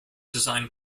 designed